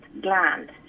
gland